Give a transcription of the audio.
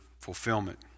fulfillment